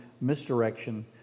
misdirection